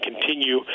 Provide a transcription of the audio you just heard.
continue